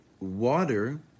water